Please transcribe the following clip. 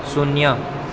શૂન્ય